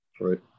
right